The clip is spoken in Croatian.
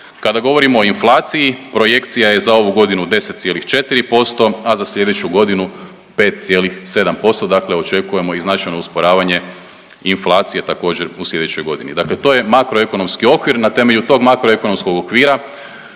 Kada govorimo o inflaciji projekcija je za ovu godinu 10,4%, a za slijedeću godinu 5,7%, dakle očekujemo i značajno usporavanje inflacije također u slijedećoj godini. Dakle, to je makroekonomski okvir. Na temelju tog makroekonomskog okvira